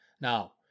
Now